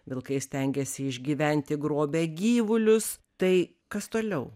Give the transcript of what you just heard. vilkai stengiasi išgyventi grobia gyvulius tai kas toliau